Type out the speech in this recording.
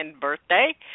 birthday